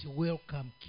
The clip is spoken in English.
welcome